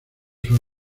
sus